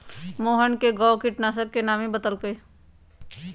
मोहन कै गो किटनाशी के नामो बतलकई